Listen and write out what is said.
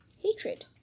hatred